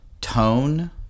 tone